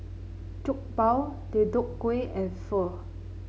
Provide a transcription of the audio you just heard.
Jokbal Deodeok Gui and Pho